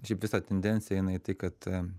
šiaip visa tendencija eina į tai kad